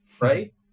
right